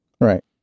Right